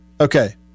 Okay